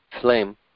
flame